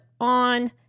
on